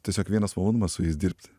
tiesiog vienas malonumas su jais dirbti